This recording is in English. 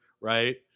right